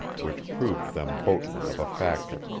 which proved them boatmen of a factor.